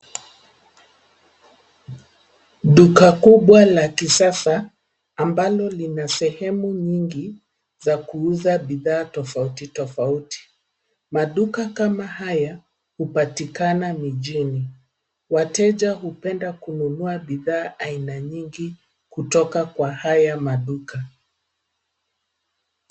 Duka kubwa la kisasa ambalo lina sehemu nyingi za kuuza bidhaa tofauti tofauti. Maduka kama haya hupatikana mijini wateja hupenda kununua bidhaa aina nyingi kutoka kwa haya maduka.